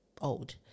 old